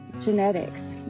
genetics